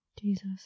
Jesus